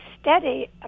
steady